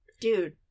Dude